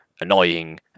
annoying